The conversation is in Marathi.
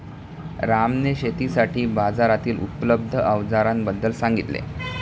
रामने शेतीसाठी बाजारातील उपलब्ध अवजारांबद्दल सांगितले